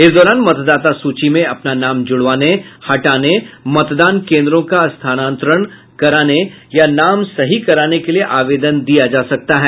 इस दौरान मतदाता सूची में अपना नाम जुड़वाने हटाने मतदान केंद्रों का स्थानांतरण कराने या नाम सही कराने के लिये आवेदन दे सकते हैं